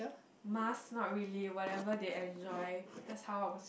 must not really whatever they enjoy that's how I was